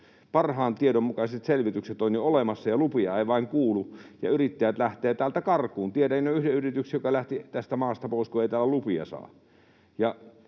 parhaan tiedon mukaiset selvitykset ovat jo olemassa, mutta lupia ei vain kuulu, ja yrittäjät lähtevät täältä karkuun. Tiedän yhden yrityksen, joka jo lähti tästä maasta pois, kun ei tahdo lupia saada.